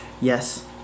yes